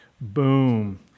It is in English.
Boom